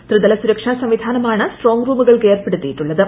ത്രിതല സുരക്ഷാ സംവിധാനമാണ് സ്ട്രോംഗ് റൂമുകൾക്ക് ഏർപെടുത്തിയിട്ടുളളത്